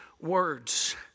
words